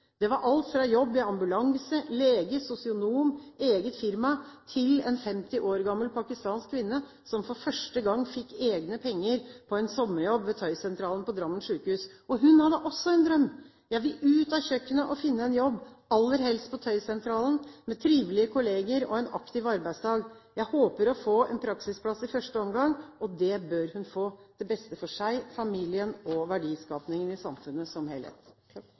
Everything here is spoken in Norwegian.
Det var alt fra jobb i ambulanse, lege, sosionom, eget firma til en 50 år gammel pakistansk kvinne som for første gang fikk egne penger i forbindelse med en sommerjobb ved tøysentralen på Drammen sykehus. Hun hadde også en drøm: Jeg vil ut av kjøkkenet og finne en jobb, aller helst på tøysentralen, med trivelige kolleger og en aktiv arbeidsdag. Jeg håper å få en praksisplass i første omgang. Det bør hun få, til beste for seg, familien og verdiskapingen i samfunnet som